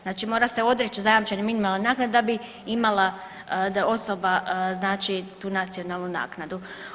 Znači mora se odreći zajamčene minimalne naknade da bi imala osoba znači tu nacionalnu naknadu.